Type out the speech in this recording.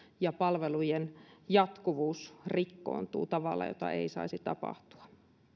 ja että palvelujen jatkuvuus rikkoontuu tavalla jota ei saisi tapahtua